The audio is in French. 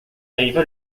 arriva